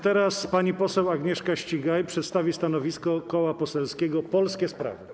Teraz pani poseł Agnieszka Ścigaj przedstawi stanowisko Koła Poselskiego Polskie Sprawy.